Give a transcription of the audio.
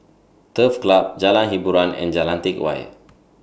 Turf Club Road Jalan Hiboran and Jalan Teck Whye